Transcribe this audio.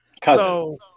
Cousin